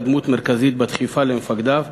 היה דמות מרכזית בדחיפה למפקדיו